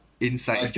inside